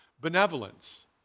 benevolence